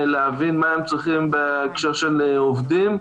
להבין מה הם צריכים בהקשר של עובדים,